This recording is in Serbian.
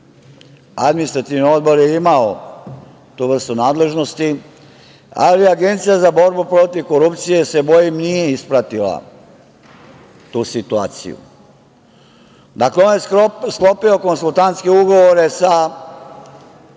Administrativni odbor je imao tu vrstu nadležnosti, ali Agencija za borbu protiv korupcije, bojim se, nije ispratila tu situaciju. Dakle, on je sklopio konsultantske ugovore sa